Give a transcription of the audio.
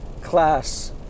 class